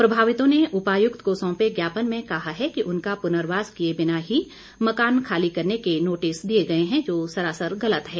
प्रभावितों ने उपायुक्त को सौंपे ज्ञापन में कहा है कि उनका पुनर्वास किए बिना ही मकान खाली करने के नोटिस दिए गए हैं जो सरासर गलत है